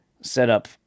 setup